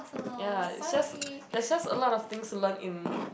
ya it's just there's just a lot of things to learn in